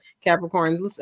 Capricorn